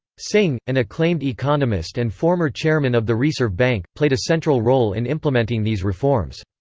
singh, an acclaimed economist and former chairman of the resrve bank, played a central role in implementing these reforms.